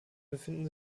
befinden